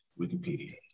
Wikipedia